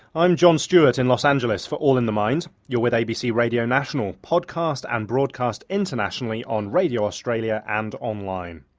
i'm jon stewart in los angeles for all in the mind, you're with abc radio national, podcast and broadcast internationally on radio australia and online.